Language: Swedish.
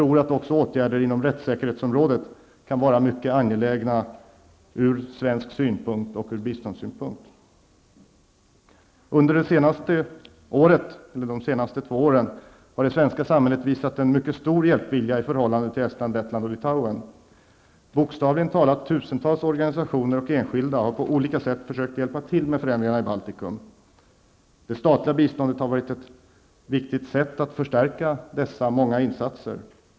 Också åtgärder inom rättssäkerhetsområdet kan, tror jag, vara mycket angelägna från svensk synpunkt och från biståndssynpunkt. Under de senaste två åren har det svenska samhället visat mycket stor hjälpvilja i förhållande till Estland, Lettland och Litauen. Bokstavligt talat tusentals organisationer och enskilda har på olika sätt försökt hjälpa till med förändringarna i Baltikum. Det statliga biståndet har varit ett viktigt sätt att förstärka dessa många insatser.